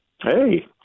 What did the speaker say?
Hey